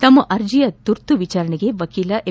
ತಮ್ನ ಅರ್ಜಿಯ ತುರ್ತು ವಿಚಾರಣೆಗೆ ವಕೀಲ ಎಂ